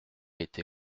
été